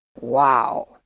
Wow